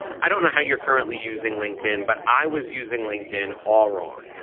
i don't know how you're currently using linkedin, but i was using linkedin all wrong,